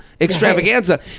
extravaganza